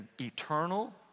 eternal